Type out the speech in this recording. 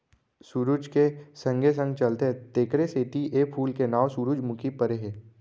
सुरूज के संगे संग चलथे तेकरे सेती ए फूल के नांव सुरूजमुखी परे हे